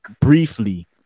briefly